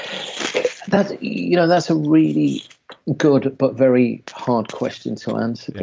that's you know that's a really good, but very hard question to answer,